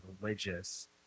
religious